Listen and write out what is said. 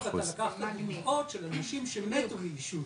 פרסום של אנשים שמתו מעישון.